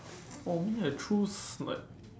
for me I choose like